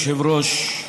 אדוני היושב-ראש,